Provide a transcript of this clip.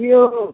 की यौ